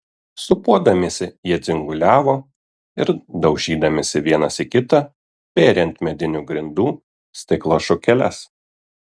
sūpuodamiesi jie dzinguliavo ir daužydamiesi vienas į kitą bėrė ant medinių grindų stiklo šukeles